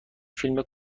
فیلم